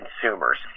consumers